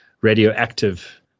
radioactive